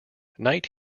night